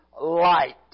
light